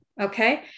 Okay